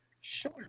Sure